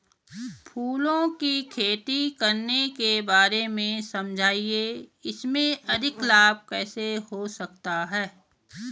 फूलों की खेती करने के बारे में समझाइये इसमें अधिक लाभ कैसे हो सकता है?